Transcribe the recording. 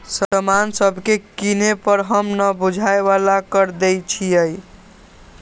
समान सभके किने पर हम न बूझाय बला कर देँई छियइ